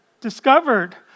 discovered